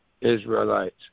Israelites